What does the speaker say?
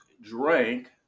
drank